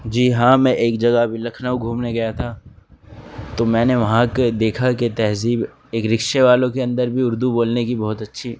جی ہاں میں ایک جگہ ابھی لکھنؤ گھومنے گیا تھا تو میں نے وہاں دیکھا کہ تہذیب ایک رکشے والوں کے اندر بھی اردو بولنے کی بہت اچھی